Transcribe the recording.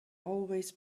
always